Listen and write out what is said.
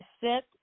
set